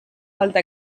falta